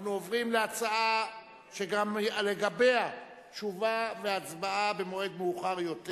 אנחנו עוברים להצעה שגם לגביה תשובה והצבעה במועד מאוחר יותר,